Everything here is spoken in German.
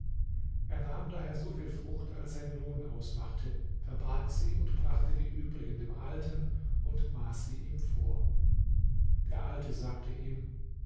er nahm daher so viel frucht als sein lohn ausmachte verbarg sie und brachte die übrige dem alten und maß sie ihm vor der alte sagte ihm